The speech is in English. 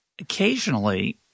occasionally